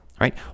right